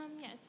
Yes